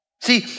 See